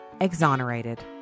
exonerated